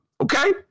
Okay